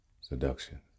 Seduction